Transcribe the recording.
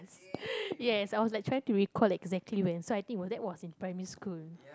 yes I was like try to recall exactly when so I think was that was in primary school